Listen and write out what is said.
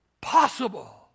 Possible